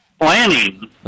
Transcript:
planning